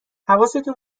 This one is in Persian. حواستون